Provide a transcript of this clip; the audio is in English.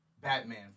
Batman